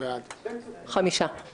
עכשיו את נושא הזום?